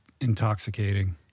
intoxicating